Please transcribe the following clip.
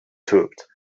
tobt